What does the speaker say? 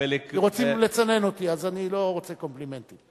רוצים לצנן אותי, אז אני לא רוצה קומפלימנטים.